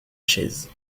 chaise